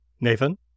Nathan